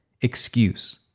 excuse